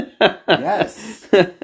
Yes